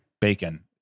Bacon